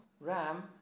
ram